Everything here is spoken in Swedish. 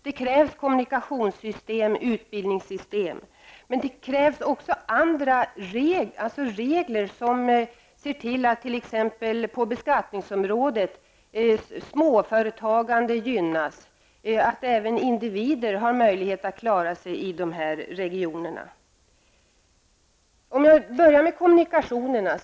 Det krävs kommunikationssystem och utbildningssystem, men också regler, t.ex. på beskattningsområdet, som gör att småföretagande gynnas så att även enskilda individer har möjlighet att klara sig i dessa regioner. Jag börjar med kommunikationerna.